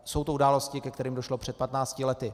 Jsou to události, ke kterým došlo před patnácti lety.